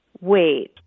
Wait